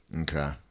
Okay